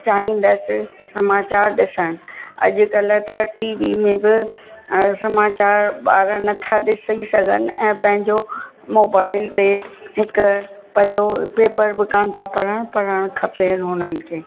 चाहींदसि समाचार ॾिसणु अॼु कल्ह त टी वी में बि समाचार ॿार नथा ॾिसी सघनि ऐं पंहिंजो मोबाइल ते हिकु पढ़ियो पेपर बि कोन था पढ़नि पढ़णु खपेनि हुननि खे